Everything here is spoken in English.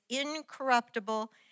incorruptible